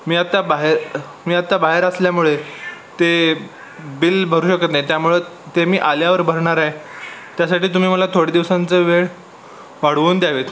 मी आत्ता बाहेर मी आत्ता बाहेर असल्यामुळे ते बिल भरू शकत नाही त्यामुळं ते मी आल्यावर भरणार आहे त्यासाठी तुम्ही मला थोडं दिवसांचं वेळ वाढवून द्यावेत